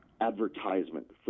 advertisement